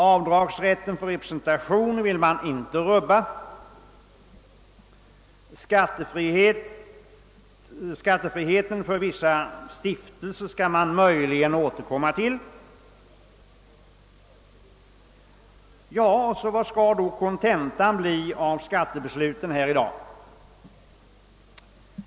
Avdragsrätten för representation vill man inte rubba på. Skattefriheten för vissa stiftelser skall man möjligen återkomma till. Vad skall då kontentan bli av skattebesluten i dag?